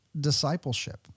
discipleship